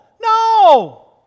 no